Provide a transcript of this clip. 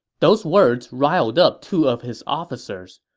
those words riled up two of his officers.